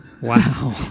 Wow